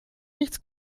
nichts